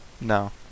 No